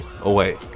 away